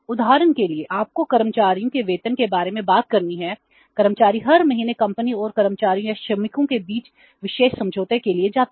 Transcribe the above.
उदाहरण के लिए आपको कर्मचारियों के वेतन के बारे में बात करनी है कर्मचारी हर महीने कंपनी और कर्मचारियों या श्रमिकों के बीच विशेष समझौते के लिए जाते हैं